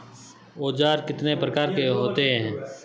औज़ार कितने प्रकार के होते हैं?